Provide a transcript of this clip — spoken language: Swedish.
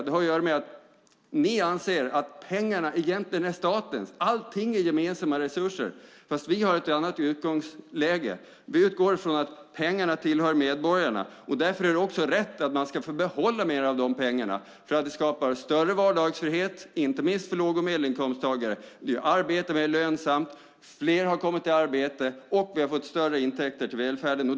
Det har att göra med att ni anser att pengarna egentligen är statens, att allting är gemensamma resurser. Vi har ett annat utgångsläge. Vi utgår från att pengarna tillhör medborgarna. Därför är det också rätt att man ska få behålla mer av pengarna. Det skapar större vardagsfrihet, inte minst för låg och medelinkomsttagare, det gör arbete mer lönsamt och att fler har kommit i arbete, och vi har fått större intäkter till välfärden.